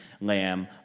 lamb